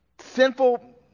sinful